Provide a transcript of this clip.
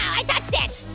i touched it.